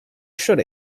should